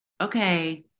okay